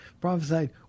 prophesied